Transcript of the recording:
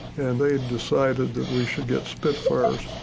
and they decided that we should get spitfires.